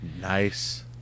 Nice